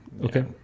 okay